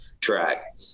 track